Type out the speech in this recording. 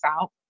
out